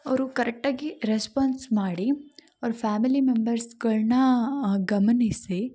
ಅವರು ಕರೆಕ್ಟಾಗಿ ರೆಸ್ಪಾನ್ಸ್ ಮಾಡಿ ಅವ್ರು ಫ್ಯಾಮಿಲಿ ಮೆಂಬರ್ಸ್ಗಳನ್ನ ಗಮನಿಸಿ